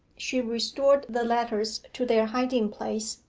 she restored the letters to their hiding-place,